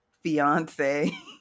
fiance